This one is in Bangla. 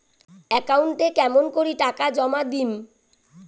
একাউন্টে কেমন করি টাকা জমা দিম?